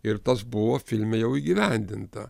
ir tas buvo filme jau įgyvendinta